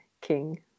King